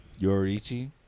Yorichi